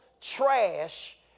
trash